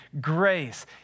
grace